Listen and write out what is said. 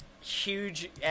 Huge